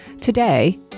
Today